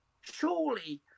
surely